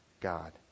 God